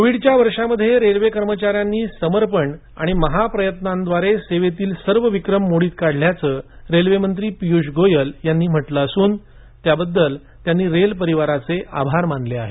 कोविडच्या वर्षामध्ये रेल्वे कर्मचाऱ्यांनी समर्पण आणि महा प्रयत्नांद्वारे सेवेतील सर्व विक्रम मोडीत काढल्याचं रेल्वे मंत्री पियुष गोयल यांनी म्हटलं असून त्याबद्दल त्यांनी रेल परिवाराचे आभार मानले आहेत